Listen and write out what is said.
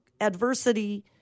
adversity